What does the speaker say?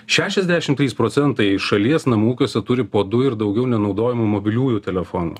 šešiasdešim trys procentai šalies namų ūkiuose turi po du ir daugiau nenaudojamų mobiliųjų telefonų